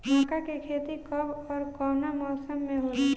मका के खेती कब ओर कवना मौसम में होला?